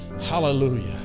Hallelujah